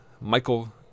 Michael